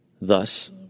Thus